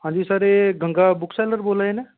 हां जी सर एह् गंगा बुक सैलर बोला दे ना